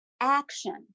action